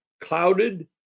clouded